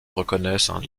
reconnaissent